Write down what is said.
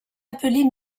appelées